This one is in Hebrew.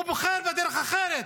הוא בוחר בדרך אחרת: